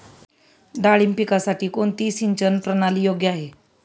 डाळिंब पिकासाठी कोणती सिंचन प्रणाली योग्य आहे?